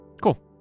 Cool